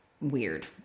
weird